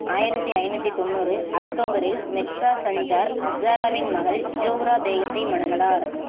ஆயிரத்தி ஐநூற்றி தொண்ணூறு அக்டோபரில் மிர்சா சஞ்சார் ஹசராவின் மகள் ஜோஹ்ரா பேகத்தை மணந்தார்